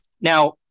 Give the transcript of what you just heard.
Now